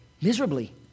miserably